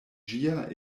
ĝia